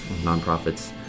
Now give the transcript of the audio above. nonprofits